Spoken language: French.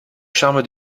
charme